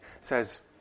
says